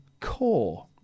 core